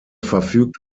verfügt